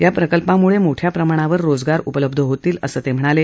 या प्रकल्पामुळे मोठ्या प्रमाणावर रोजगार उपलब्ध होतील असंही ते म्हणाले